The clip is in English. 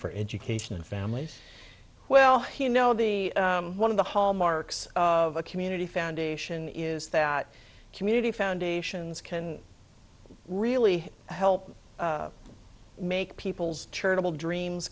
for education and families well you know the one of the hallmarks of a community foundation is that community foundations can really help make people's charitable dream